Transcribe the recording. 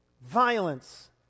violence